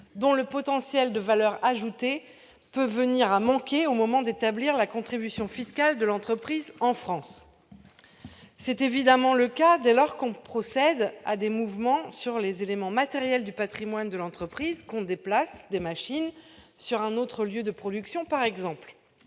dont le potentiel de valeur ajoutée peut venir à manquer au moment d'établir la contribution fiscale de l'entreprise en France. C'est évidemment le cas dès lors que l'on procède à des mouvements sur les éléments matériels du patrimoine de l'entreprise, par exemple, quand on déplace des machines sur un autre lieu de production. Ces